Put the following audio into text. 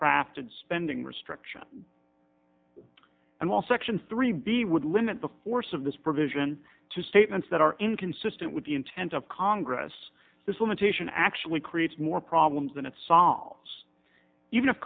crafted spending restriction and all section three b would limit the force of this provision to statements that are inconsistent with the intent of congress this limitation actually creates more problems than it solves even